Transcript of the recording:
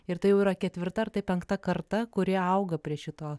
ir tai jau yra ketvirta ar tai penkta karta kuri auga prie šito